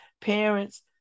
parents